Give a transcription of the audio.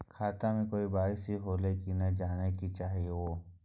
खाता में के.वाई.सी होलै की नय से जानय के चाहेछि यो?